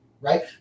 right